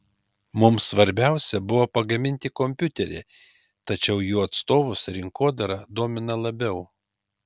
mums svarbiausia buvo pagaminti kompiuterį tačiau jų atstovus rinkodara domina labiau